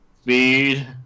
speed